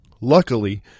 Luckily